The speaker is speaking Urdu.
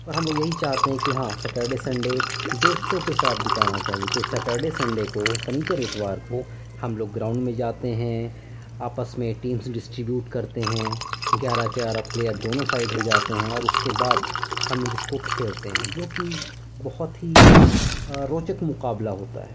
اور ہم لوگ یہی چاہتے ہیں کہ ہاں سٹرڈے سنڈے دوستوں کے ساتھ بتانا چاہیے تو سٹرڈے سنڈے کو سنیچر اتوار کو ہم لوگ گراؤنڈ میں جاتے ہیں آپس میں ٹیمس ڈسٹریبیوٹ کرتے ہیں گیارہ گیارہ پلیر دونوں سائیڈ ہو جاتے ہیں اور اس کے بعد ہم اس کو کھیلتے ہیں جو کہ بہت ہی روچک مقابلہ ہوتا ہے